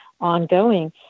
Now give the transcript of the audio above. ongoing